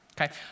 Okay